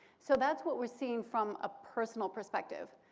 so that's what we're seeing from a personal perspective.